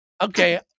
okay